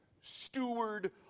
steward